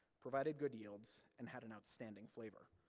provided good yields, and had an outstanding flavor.